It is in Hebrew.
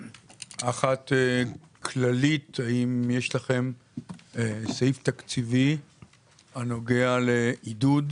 אחת, האם יש לכם סעיף תקציבי הנוגע לעידוד